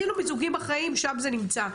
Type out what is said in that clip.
עשינו מיזוגים בחיים, שם זה נמצא.